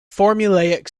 formulaic